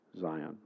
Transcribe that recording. Zion